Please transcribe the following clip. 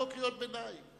קריאות ביניים.